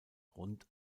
rund